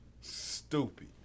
Stupid